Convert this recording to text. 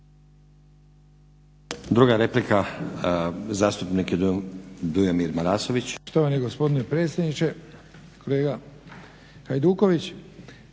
Druga replika, zastupnik Dujomir Marasović.